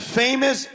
famous